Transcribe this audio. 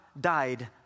died